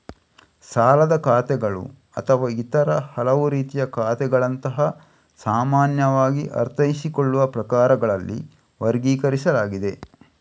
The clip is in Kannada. ಸಾಲದ ಖಾತೆಗಳು ಅಥವಾ ಇತರ ಹಲವು ರೀತಿಯ ಖಾತೆಗಳಂತಹ ಸಾಮಾನ್ಯವಾಗಿ ಅರ್ಥೈಸಿಕೊಳ್ಳುವ ಪ್ರಕಾರಗಳಲ್ಲಿ ವರ್ಗೀಕರಿಸಲಾಗಿದೆ